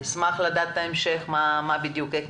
במשרד הבריאות בבקשה.